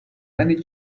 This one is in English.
many